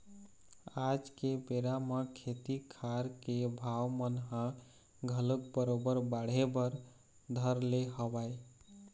आज के बेरा म खेती खार के भाव मन ह घलोक बरोबर बाढ़े बर धर ले हवय